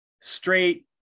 straight